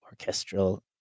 orchestral